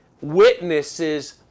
witnesses